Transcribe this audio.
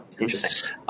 Interesting